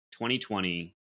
2020